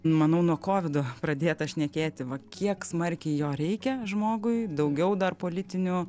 manau nuo kovido pradėta šnekėti va kiek smarkiai jo reikia žmogui daugiau dar politinių